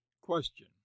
Question